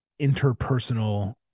interpersonal